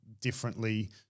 differently